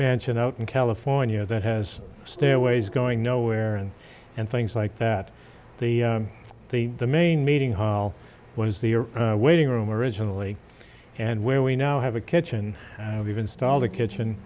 sion out in california that has stairways going nowhere and things like that the the the main meeting hall was the waiting room originally and where we now have a kitchen we've installed a kitchen